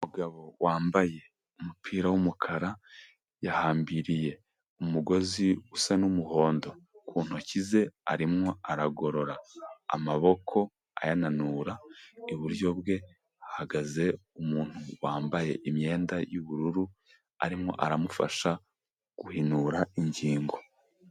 Umugabo wambaye umupira w'umukara, yahambiriye umugozi usa n'umuhondo ku ntoki ze, arimo aragorora amaboko ayananura, iburyo bwe hahagaze umuntu wambaye imyenda y'ubururu, arimo aramufasha guhinura ingingo.